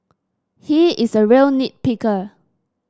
he is a real nit picker